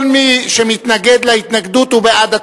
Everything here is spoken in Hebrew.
כל מי שמתנגד להתנגדות הוא בעד הצו.